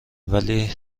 ولی